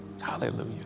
Hallelujah